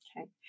Okay